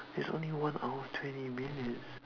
it's only one hour twenty minutes